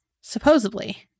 supposedly